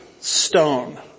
Stone